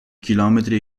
chilometri